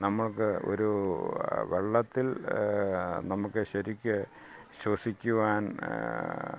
നമുക്ക് ഒരു വെള്ളത്തിൽ നമുക്ക് ശരിക്ക് ശ്വസിക്കുവാൻ